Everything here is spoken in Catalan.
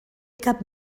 cap